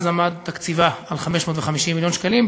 אז היה תקציבה 550 מיליון שקלים,